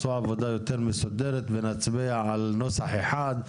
ותעשו עבודה יותר מסודרת ונצביע על נוסח אחד.